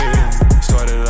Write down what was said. Started